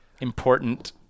important